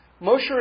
Moshe